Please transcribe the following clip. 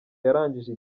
yarangije